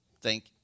Thank